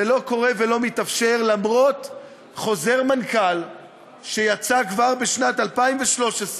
זה לא קורה ולא מתאפשר למרות חוזר מנכ"ל שיצא כבר בשנת 2013,